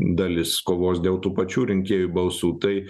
dalis kovos dėl tų pačių rinkėjų balsų tai